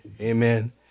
Amen